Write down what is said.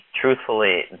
truthfully